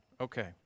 Okay